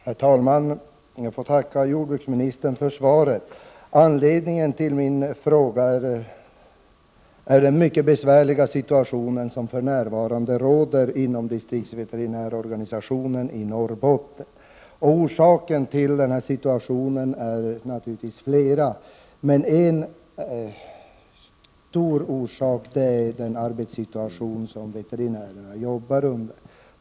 Herr talman! Jag får tacka jordbruksministern för svaret. Anledningen till min fråga är den mycket besvärliga situation som för närvarande råder inom distriktsveterinärsorganisationen i Norrbotten. Det finns naturligtvis flera orsaker till denna situation. Men en viktig orsak är den arbetssituation som veterinärerna arbetar i.